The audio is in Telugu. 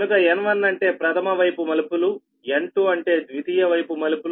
కనుక N1 అంటే ప్రథమ వైపు టర్న్స్ N2 అంటే ద్వితీయ వైపు మలుపులు